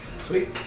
Sweet